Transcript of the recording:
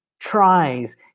tries